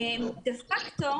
דה פקטו,